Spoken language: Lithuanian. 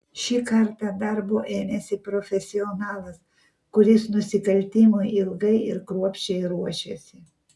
šį kartą darbo ėmėsi profesionalas kuris nusikaltimui ilgai ir kruopščiai ruošėsi